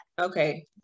Okay